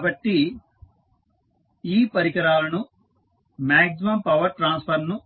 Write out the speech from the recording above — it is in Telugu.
కాబట్టి ఈ పరికరాలను మ్యాగ్జిమం పవర్ ట్రాన్స్ఫర్ ను